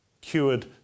cured